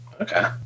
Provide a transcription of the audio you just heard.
Okay